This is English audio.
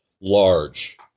large